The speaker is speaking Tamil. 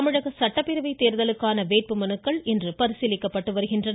தமிழக சட்டப்பேரவை தேர்தலுக்கான வேட்புமலுக்கள் இன்று பரிசீலிக்கப்பட்டு வருகின்றன